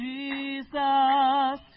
Jesus